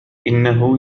إنه